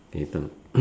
okay talk